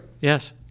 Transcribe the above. Yes